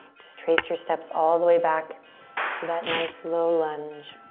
just trace your steps all the way back to that nice low lunge.